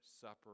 supper